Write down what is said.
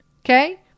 Okay